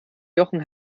jochen